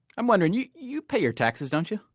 i'm wondering, you you pay your taxes, don't you?